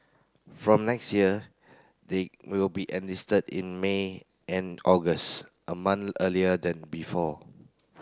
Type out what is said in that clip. from next year they will be enlisted in May and August a month earlier than before